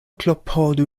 klopodu